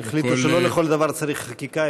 אנשים פשוט החליטו שלא לכל דבר צריך חקיקה.